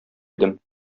идем